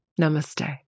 Namaste